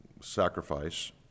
sacrifice